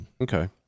Okay